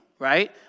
Right